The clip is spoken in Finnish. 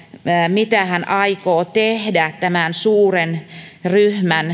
mitä hän aikoo tehdä tämän suuren ryhmän